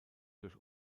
durch